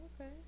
Okay